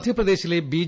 മദ്ധ്യപ്രദേശിലെ B